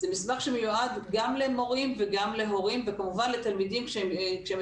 זה מסמך שמיועד גם למורים וגם להורים וכמובן לתלמידים כשהם